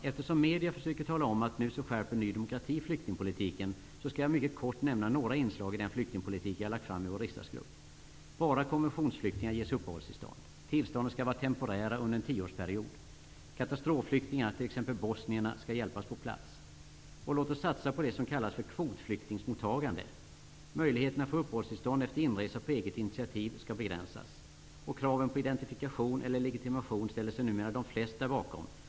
Eftersom medierna försöker tala om att Ny demokrati nu skärper flyktingpolitiken skall jag mycket kort nämna några inslag i den flyktingpolitik jag lagt fram i vår riksdagsgrupp. Enbart konventionsflyktingar ges uppehållstillstånd. Tillstånden skall vara temporära under en tioårsperiod. Katastrofflyktingar, t.ex bosnierna, skall hjälpas på plats. Låt oss satsa på det som kallas för kvotflyktingmottagande. Möjligheterna att få uppehållstillstånd efter inresa på eget initiativ skall begränsas. Krav på identifikation eller legitimation ställer sig numera de flesta bakom.